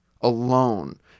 Alone